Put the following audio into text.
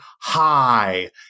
hi